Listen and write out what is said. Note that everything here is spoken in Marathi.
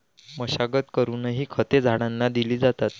मशागत करूनही खते झाडांना दिली जातात